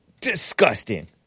Disgusting